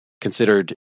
considered